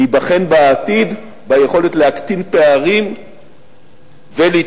ניבחן בעתיד ביכולת להקטין פערים ולהתמודד,